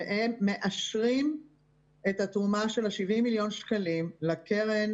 שהם מאשרים את התרומה של ה-70 מיליון שקלים לקרן